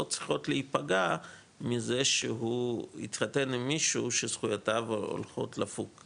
לא צריכות להיפגע מזה שהוא התחתן עם מישהי שזכויותיה הולכות לפוג,